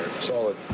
solid